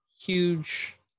huge